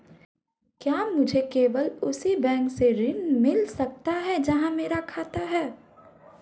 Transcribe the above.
क्या मुझे केवल उसी बैंक से ऋण मिल सकता है जहां मेरा खाता है?